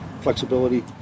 flexibility